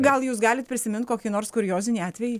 gal jūs galit prisimint kokį nors kuriozinį atvejį